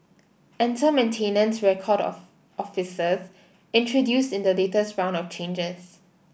enter maintenance record of officers introduced in the latest round of changes